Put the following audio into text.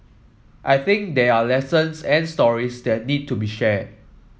I think there are lessons and stories that need to be shared